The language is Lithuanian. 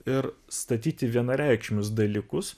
ir statyti vienareikšmius dalykus